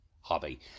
hobby